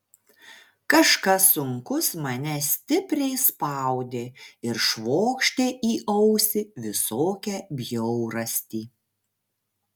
kažkas sunkus mane stipriai spaudė ir švokštė į ausį visokią bjaurastį